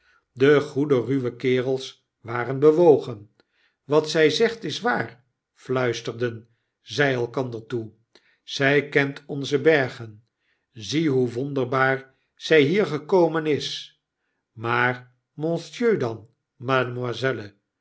de goede ruwe kerels waren bewogen wat zij zegt is waar fluisterden zij elkander toe zy kent onze bergen zie hoe wonderbaar zg hier gekomen is maar monsieur